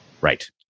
Right